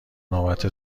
نوبت